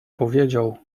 powiedział